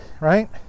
right